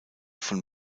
von